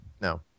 no